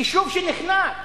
יישוב שנחנק,